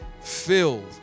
filled